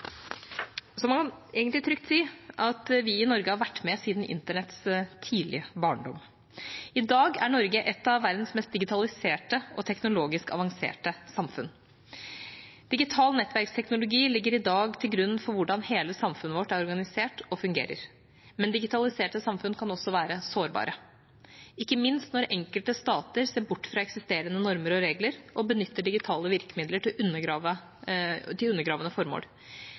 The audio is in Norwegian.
så man kan egentlig trygt si at vi i Norge har vært med siden internetts tidlige barndom. I dag er Norge et av verdens mest digitaliserte og teknologisk avanserte samfunn. Digital nettverksteknologi ligger i dag til grunn for hvordan hele samfunnet vårt er organisert og fungerer. Men digitaliserte samfunn kan også være sårbare, ikke minst når enkelte stater ser bort fra eksisterende normer og regler og benytter digitale virkemidler til